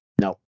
No